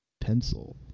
Pencil